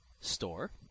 Store